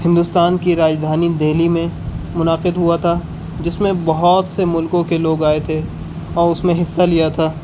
ہندوستان کی راجدھانی دلی میں منعقد ہوا تھا جس میں بہت سے ملکوں کے لوگ آئے تھے اور اس میں حصہ لیا تھا